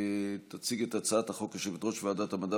תציג את הצעת החוק יושבת-ראש ועדת המדע